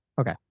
Okay